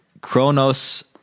chronos